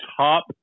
top